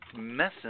messing